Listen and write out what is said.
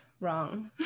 wrong